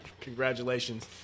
Congratulations